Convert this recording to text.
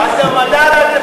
העבודה והרווחה.